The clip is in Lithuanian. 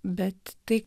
bet tai